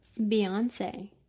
Beyonce